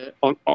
on